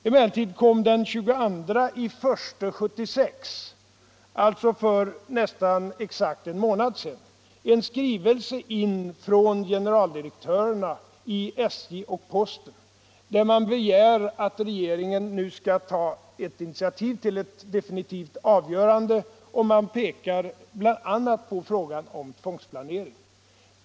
Emellertid kom den 22 januari 1976, alltså för nästan exakt en månad sedan, en skrivelse från generaldirektörerna i SJ och postverket där man begär att regeringen skall ta initiativ till ett definitivt avgörande och man pekar bl.a. på frågan om tvångsplanering.